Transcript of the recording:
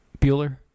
Bueller